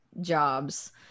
jobs